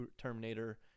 Terminator –